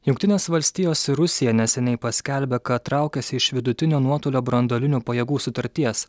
jungtinės valstijos ir rusija neseniai paskelbė kad traukiasi iš vidutinio nuotolio branduolinių pajėgų sutarties